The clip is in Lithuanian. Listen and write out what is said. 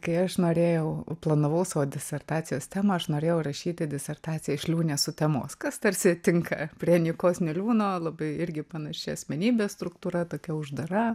kai aš norėjau planavau savo disertacijos temą aš norėjau rašyti disertaciją iš liūnės sutemos kas tarsi tinka prie nykos niliūno labai irgi panaši asmenybės struktūra tokia uždara